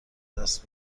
دست